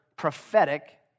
Prophetic